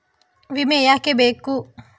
ವಿಮೆ ಯಾಕೆ ಬೇಕು?